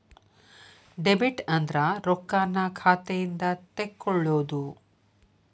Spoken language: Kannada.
ಡೆಬಿಟ್ ಅಂದ್ರ ರೊಕ್ಕಾನ್ನ ಖಾತೆಯಿಂದ ತೆಕ್ಕೊಳ್ಳೊದು